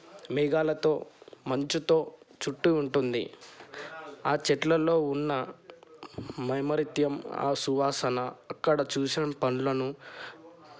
మేఘాలతో మంచుతో చుట్టు ఉంటుంది ఆ చెట్లలో ఉన్న మమరీత్యం ఆ సువాసన అక్కడ చూసిన పనులను